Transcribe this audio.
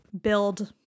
build